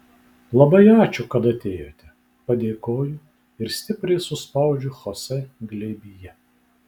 labai ačiū kad atėjote padėkoju ir stipriai suspaudžiu chosė glėbyje